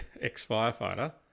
ex-firefighter